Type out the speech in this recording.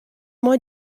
mei